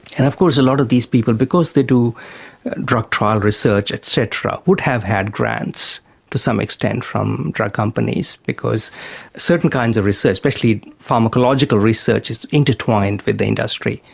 and of course a lot of these people, because they do drug trial research et cetera would have had grants to some extent from drug companies because certain kinds of research, especially pharmacological research, is intertwined with industry,